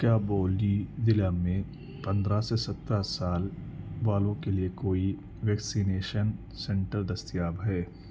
کیا بولی ضلع میں پندرہ سے سترہ سال والوں کے لیے کوئی ویکسینیشن سنٹر دستیاب ہے